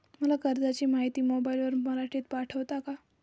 मला कर्जाची माहिती मोबाईलवर मराठीत पाठवता का?